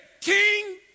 King